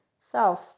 self